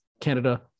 Canada